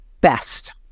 best